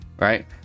Right